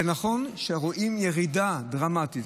זה נכון שרואים ירידה דרמטית,